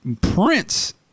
Prince